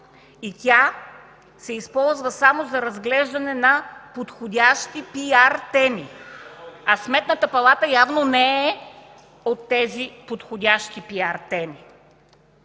и тя се използва само за разглеждане на подходящи пиар теми, а Сметната палата явно не е от тези подходящи пиар теми.